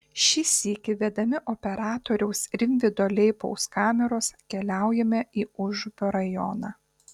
šį sykį vedami operatoriaus rimvydo leipaus kameros keliaujame į užupio rajoną